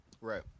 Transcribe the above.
Right